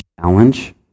challenge